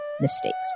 mistakes